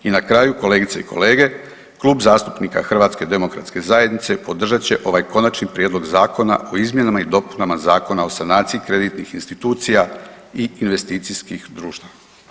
I na kraju kolegice i kolege, Klub zastupnika HDZ-a podržat će ovaj konačni prijedlog zakona o izmjenama i dopunama Zakona o sanaciji kreditnih institucija i investicijskih društava.